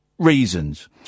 reasons